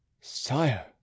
Sire